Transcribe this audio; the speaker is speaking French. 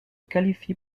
qualifie